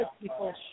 people